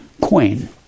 Queen